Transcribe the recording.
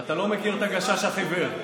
אתה לא מכיר את הגשש החיוור.